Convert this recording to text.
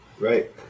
right